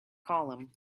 column